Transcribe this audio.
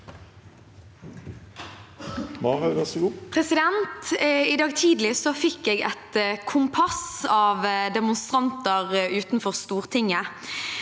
tidlig fikk jeg et kompass av demonstranter utenfor Stortinget.